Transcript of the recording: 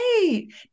great